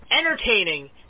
entertaining